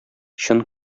чын